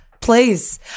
please